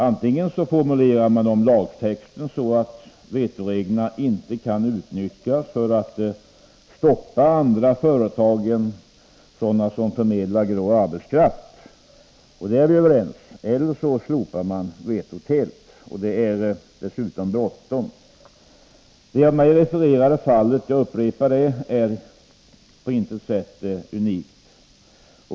Antingen formulerar man om lagtexten så att vetoreglerna inte kan utnyttjas för att stoppa andra företag än sådana som förmedlar grå arbetskraft — när det gäller dem är vi överens — eller också slopar man vetot helt. Det är dessutom bråttom. Det av mig refererade fallet är — jag upprepar det — på intet sätt unikt.